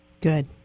Good